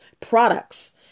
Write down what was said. products